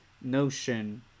notion